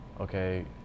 okay